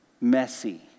messy